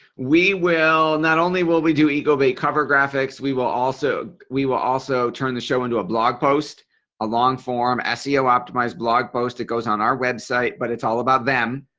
we will. not only will we do ego-bait cover graphics. we will also. we will also turn the show into a blog post a long-form ah seo optimized blog post it goes on our website but it's all about them.